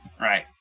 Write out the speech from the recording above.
Right